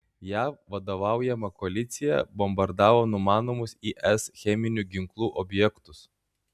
jav vadovaujama koalicija bombardavo numanomus is cheminių ginklų objektus